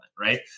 Right